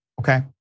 okay